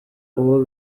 uwo